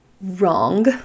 wrong